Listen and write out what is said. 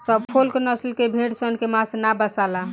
Suffolk नसल के भेड़ सन के मांस ना बासाला